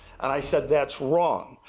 and i said that's wrong.